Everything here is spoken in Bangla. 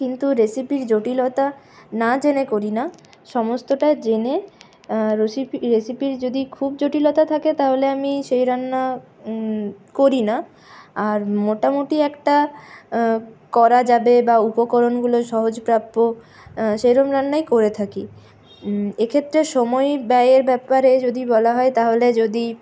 কিন্তু রেসিপির জটিলতা না জেনে করি না সমস্তটা জেনে রেসিপি রেসিপির যদি খুব জটিলতা থাকে তাহলে আমি সেই রান্না করি না আর মোটামুটি একটা করা যাবে বা উপকরণগুলো সহজপ্রাপ্য সেরকম রান্নাই করে থাকি এক্ষেত্রে সময়ই ব্যয়ের ব্যাপারে যদি বলা হয় তাহলে যদি